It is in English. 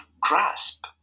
grasp